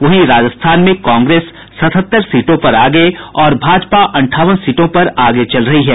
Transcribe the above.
वहीं राजस्थान में कांग्रेस सतहत्तर सीटों पर और भाजपा अंठावन सीटों पर आगे चल रही हैं